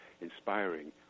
inspiring